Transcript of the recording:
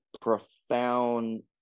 profound